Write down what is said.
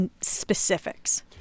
specifics